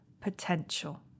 potential